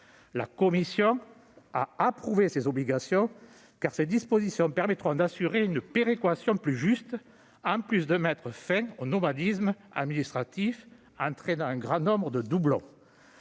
La commission a approuvé ces obligations, qui permettront d'assurer une péréquation plus juste, en plus de mettre fin au nomadisme administratif, lequel entraîne un grand nombre de doublons.